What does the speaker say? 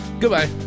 goodbye